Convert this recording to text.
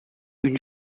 une